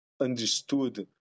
understood